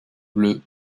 bleu